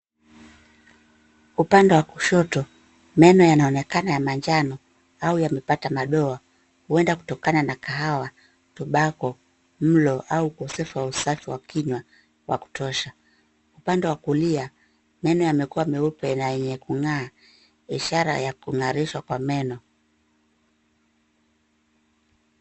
Upande wa kushoto meno yanaonekana ya manjano au yamepata madoa huenda kutokana na kahawa, tobacco ,mlo au ukosefu wa usafi wa kinywa wa kutosha. Upande wa kulia meno yamekuwa meupe na yenye kung'aa ishara ya kungarishwa kwa meno.